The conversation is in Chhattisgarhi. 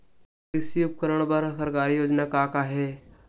कृषि उपकरण बर सरकारी योजना का का हे?